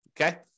Okay